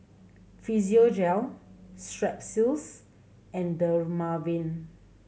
Physiogel Strepsils and Dermaveen